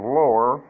lower